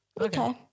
okay